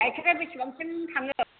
गाइखेरा बेसेबांसिम थाङो